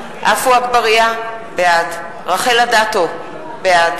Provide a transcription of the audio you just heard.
061002, תקציב נציבות הכבאות, אתה רוצה הצבעה